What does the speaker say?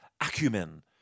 acumen